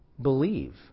believe